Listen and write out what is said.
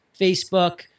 Facebook